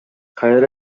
кайра